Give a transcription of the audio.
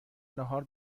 ناهار